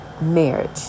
marriage